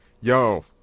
yo